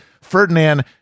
Ferdinand